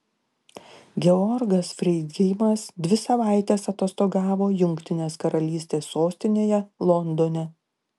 georgas freidgeimas dvi savaites atostogavo jungtinės karalystės sostinėje londone